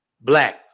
Black